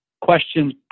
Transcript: questions